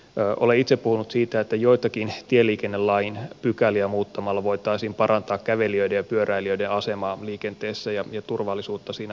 olen itse puhunut siitä että joitakin tieliikennelain pykäliä muuttamalla voitaisiin parantaa kävelijöiden ja pyöräilijöiden asemaa liikenteessä ja turvallisuutta siinä ohessa